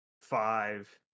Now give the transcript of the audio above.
Five